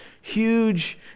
huge